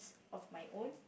of my own